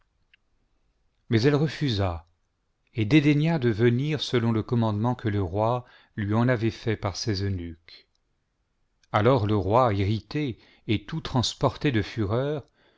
mais elle refusa et dédaigna de venir selon le comiuantlement que le roi lui en avait fait par ses eunuques alors le roi irrité et tout transporté de fureur